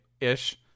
Ish